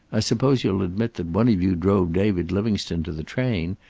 i suppose you'll admit that one of you drove david livingstone to the train,